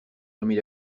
remis